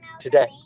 today